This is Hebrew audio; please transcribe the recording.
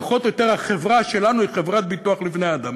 שפחות או יותר החברה שלנו היא חברת ביטוח לבני-אדם.